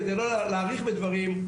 כדי לא להאריך בדברים,